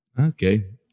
Okay